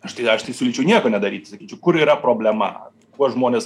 aš tai aš tai siūlyčiau nieko nedaryti sakyčiau kur yra problema kuo žmonės